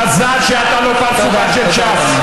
מזל שאתה לא פרצופה של ש"ס.